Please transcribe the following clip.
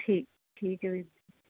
ਠੀਕ ਠੀਕ ਹੈ ਵੀਰ ਜੀ